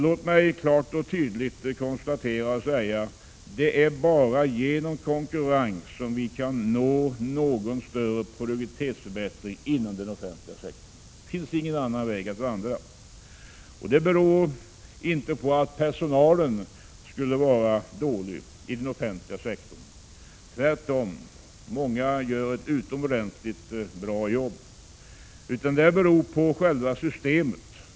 Låt mig klart och tydligt konstatera: Det är bara genom konkurrens som vi kan nå någon större produktivitetsförbättring inom den offentliga sektorn. Det finns ingen annan väg att vandra. Detta beror inte på att personalen skulle vara dålig i den offentliga sektorn — tvärtom, många gör ett utomordentligt bra jobb. Det beror i stället på själva systemet.